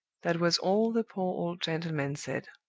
that was all the poor old gentleman said.